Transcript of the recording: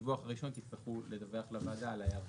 בדיווח הראשון תצטרכו לדווח לוועדה על ההיערכות.